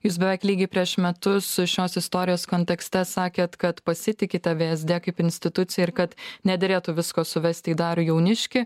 jūs beveik lygiai prieš metus šios istorijos kontekste sakėt kad pasitikite vsd kaip institucija ir kad nederėtų visko suvesti į darių jauniškį